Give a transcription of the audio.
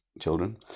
children